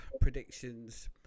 predictions